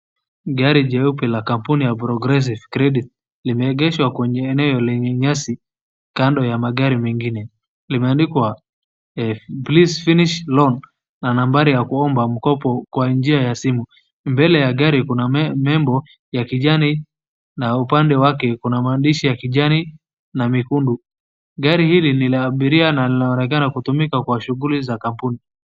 Gari jeupe la kampuni ya progressive credit limeengeshwa kwenye eneo lenye nyasi kando ya magari mengine. Limeandikwa grace finish loan na nambari ya kuomba mkopo kwa njia ya simu. Mbele ya gari kuna membo ya kijani na upande wake kuna maandishi ya kijani na mekundu. Gari hili ni la abiria na linaonekana kutumika kwa shughuli za kampuni.